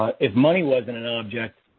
if money wasn't an object,